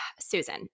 Susan